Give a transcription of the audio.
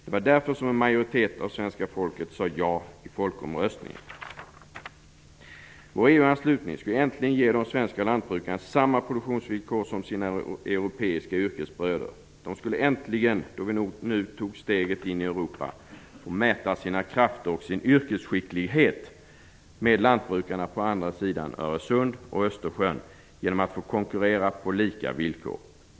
Det var därför som en majoritet av svenska folket sade ja i folkomröstningen. Vår EU-anslutning skulle äntligen ge de svenska lantbrukarna samma produktionsvillkor som sina europeiska yrkesbröder. De skulle äntligen, då vi nu tog steget in i Europa, få mäta sina krafter och sin yrkesskicklighet med lantbrukarna på andra sidan Öresund och Östersjön genom att få konkurrera på lika villkor.